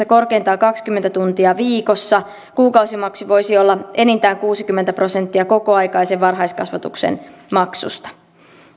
korkeintaan kaksikymmentä tuntia viikossa kuukausimaksu voisi olla enintään kuusikymmentä prosenttia kokoaikaisen varhaiskasvatuksen maksusta